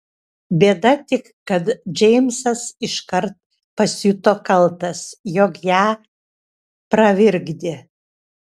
bėda tik kad džeimsas iškart pasijuto kaltas jog ją pravirkdė